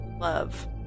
love